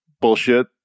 bullshit